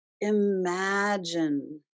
imagine